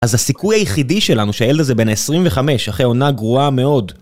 אז הסיכוי היחידי שלנו שהילד הזה בן ה-25 אחרי עונה גרועה מאוד